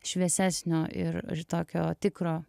šviesesnio ir ir tokio tikro